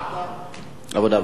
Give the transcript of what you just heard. עבודה ורווחה.